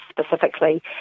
specifically